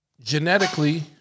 genetically